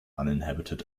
uninhabited